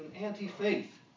anti-faith